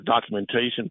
documentation